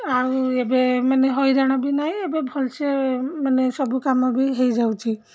ଆଉ ଏବେ ମାନେ ହଇରାଣ ବି ନାଇଁ ଏବେ ଭଲସେ ମାନେ ସବୁ କାମ ବି ହେଇଯାଉଛି